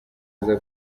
aza